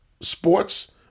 sports